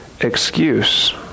excuse